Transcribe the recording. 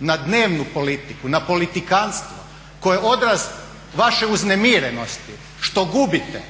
na dnevnu politiku, na politikanstvo koje je odraz vaše uznemirenosti što gubite